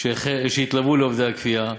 שהתלוו לעובדי כפייה,